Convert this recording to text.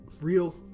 real